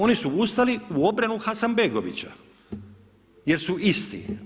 Oni su ustali u obranu Hasanbegovića, jer su isti.